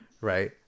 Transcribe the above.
Right